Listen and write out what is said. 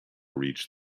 reach